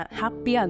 happy